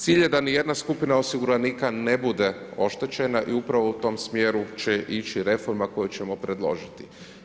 Cilj je da nijedna skupina osiguranika ne bude oštećena i u pravo u tom smjeru će ići reforma koju ćemo predložiti.